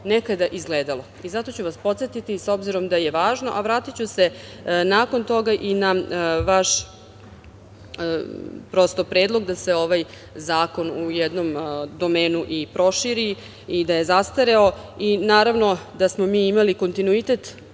nekada izgledalo. Zato ću vas podsetiti, s obzirom da je važno, a vratiću se nakon toga i na vaš predlog da se ovaj zakon u jednom domenu i proširi i da je zastareo. Naravno, da smo mi imali kontinuitet